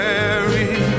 Mary